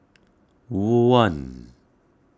one